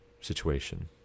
situation